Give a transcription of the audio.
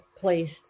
place